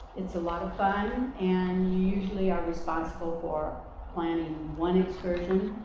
it's a lot of fun. and you usually are responsible for planning one excursion.